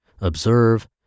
observe